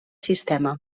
sistema